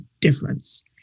difference